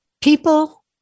people